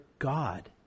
God